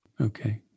okay